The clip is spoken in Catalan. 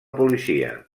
policia